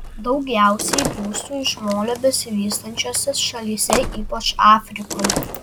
daugiausiai būstų iš molio besivystančiose šalyse ypač afrikoje